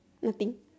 nothing